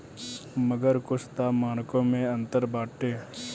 मगर कुछ तअ मानको मे अंतर बाटे